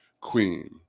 queen